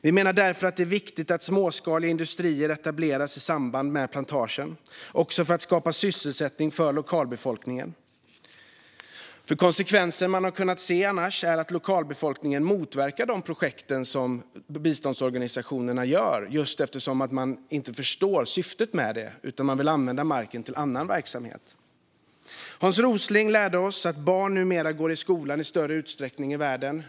Vi menar därför att det är viktigt att småskaliga industrier etableras i samband med plantagen också för att skapa sysselsättning för lokalbefolkningen. Konsekvenser man annars har kunnat se är att lokalbefolkningen motverkar de projekt som biståndsorganisationerna gör just för att de inte förstår syftet med det utan vill använda marken till annan verksamhet. Hans Rosling lärde oss att barn numera går i skolan i större utsträckning i världen.